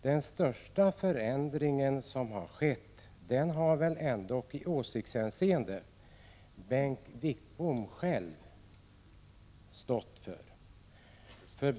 Den största förändringen i åsiktshänseende har väl ändå Bengt Wittbom själv stått för.